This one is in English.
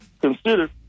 Consider